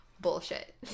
Bullshit